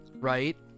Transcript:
right